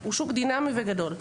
הוא שוק דינמי וגדול.